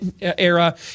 era